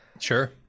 sure